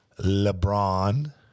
LeBron